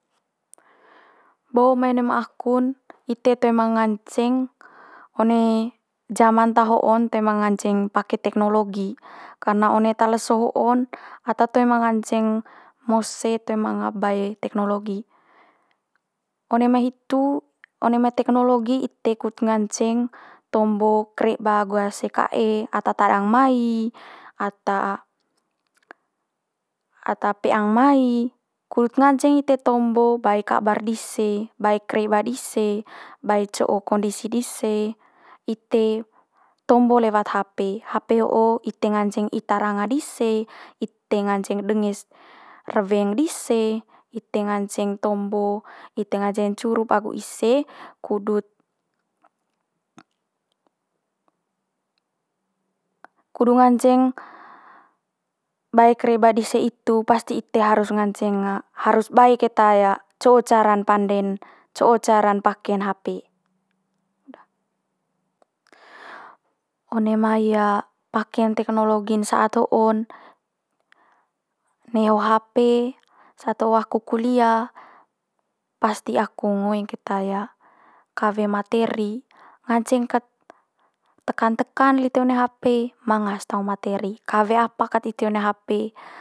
Bo mai ne mai aku'n, ite toe ma nganceng one zaman ta ho'on toe ma nganceng pake tekhnologi. Karna one ta leso ho'on ata toe ma nganceng mose toe manga bae tekhnologi. One mai hitu one mai tekhnologi ite kut nganceng tombo kreba agu ase kae ata tadang mai, ata ata peang mai kut nganceng ite tombo bae kabar dise, bae kreba dise, bae co'o kondisi dise, ite tombo lewat hape. Hape ho'o ite nganceng ita ranga dise, ite nganceng denge's reweng dise, ite nganceng tombo, ite nganceng curup agu ise kudut kudu nganceng bae kreba dise itu pasti ite harus nganceng harus bae keta co cara'n pande'n, co cara'n pake'n hape. one mai pake'n tekhnologi saat ho'on neho hape, saat ho aku kulia pasti aku ngoeng keta kawe materi, nganceng kat tekan tekan lite one hape manga's taung materi kawe apa kaut ite one hape.